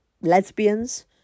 lesbians